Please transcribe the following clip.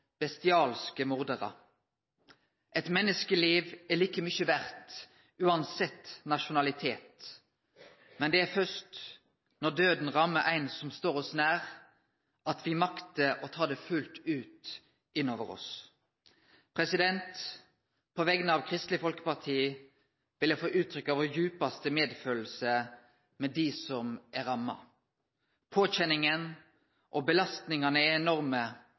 bestialske mordarar. Eit menneskeliv er like mykje verdt uansett nasjonalitet. Men det er først når døden rammar ein som står oss nær, at vi maktar å ta det fullt ut inn over oss. På vegner av Kristeleg Folkeparti vil eg få uttrykkje vår djupaste medfølelse med dei som er ramma. Påkjenninga og belastningane er enorme